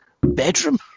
Bedroom